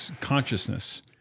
consciousness